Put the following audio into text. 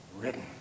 written